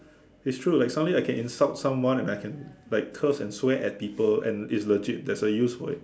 it's true like finally I can insult someone and I can like curse and swear at people and it's legit that's a use for it